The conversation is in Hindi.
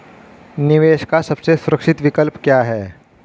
निवेश का सबसे सुरक्षित विकल्प क्या है?